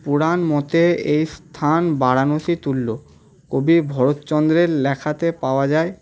পুরাণমতে এই স্থান বারাণসীতুল্য কবি ভরতচন্দ্রের লেখাতে পাওয়া যায়